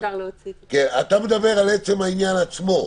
אתה מדבר על עצם העניין עצמו,